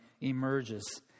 emerges